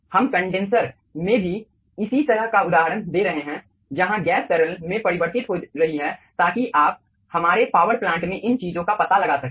हम कंडेनसर में भी इसी तरह का उदाहरण दे रहे हैं जहाँ गैस तरल में परिवर्तित हो रही है ताकि आप हमारे पावर प्लांट में इन चीजों का पता लगा सकें